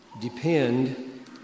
depend